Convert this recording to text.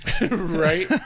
Right